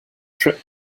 trip